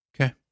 Okay